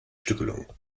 stückelung